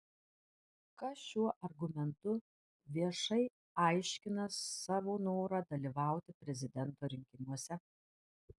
kas šiuo argumentu viešai aiškina savo norą dalyvauti prezidento rinkimuose